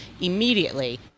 immediately